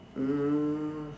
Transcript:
um